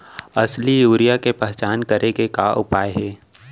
असली यूरिया के पहचान करे के का उपाय हे?